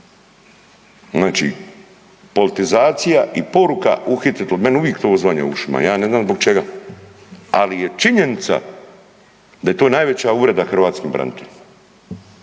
Znači, politizacija i poruka uhititi, meni uvijek to odzvanja u ušima, ja ne znam zbog čega. Ali je činjenica da to najveća uvreda hrvatskim braniteljima.